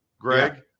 Greg